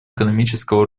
экономического